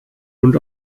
und